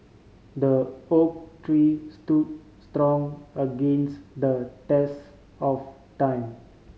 the oak tree stood strong against the test of time